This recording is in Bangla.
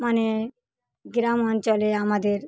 মানে গ্রাম অঞ্চলে আমাদের